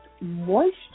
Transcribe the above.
moisture